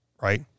right